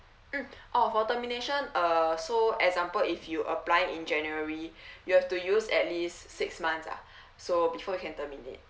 mm orh for termination uh so example if you apply in january you have to use at least six months lah so before you can terminate